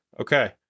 okay